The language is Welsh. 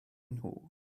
nhw